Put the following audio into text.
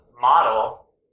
model